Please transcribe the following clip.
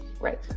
right